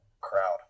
crowd